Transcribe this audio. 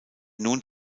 nun